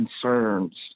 concerns